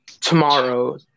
tomorrow